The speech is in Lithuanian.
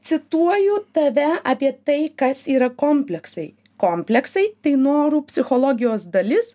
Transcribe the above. cituoju tave apie tai kas yra kompleksai kompleksai tai norų psichologijos dalis